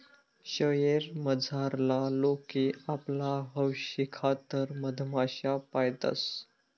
शयेर मझारला लोके आपला हौशेखातर मधमाश्या पायतंस